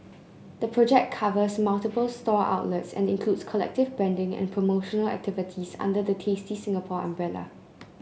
the project covers multiple store outlets and includes collective branding and promotional activities under the Tasty Singapore umbrella